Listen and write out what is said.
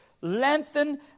lengthen